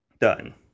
done